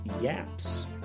Yaps